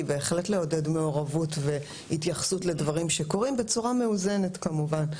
היא בהחלט לעודד מעורבות והתייחסות לדברים שקורים בצורה מאוזנת כמובן,